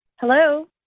Hello